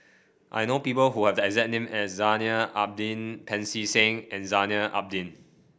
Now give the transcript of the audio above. I know people who have the exact name as Zainal Abidin Pancy Seng and Zainal Abidin